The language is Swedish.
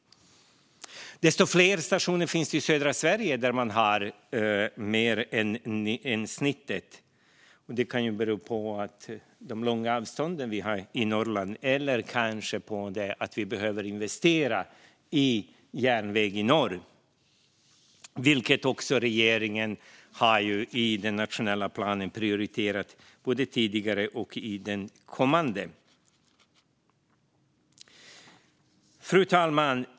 Desto fler stationer med en punktlighet högre än snittet finns det i södra Sverige. Det kan bero på de långa avstånden vi har i Norrland eller kanske på att vi behöver investera i järnväg i norr, vilket regeringen också har prioriterat både i tidigare och i kommande nationell plan. Fru talman!